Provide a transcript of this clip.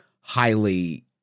highly